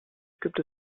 gibt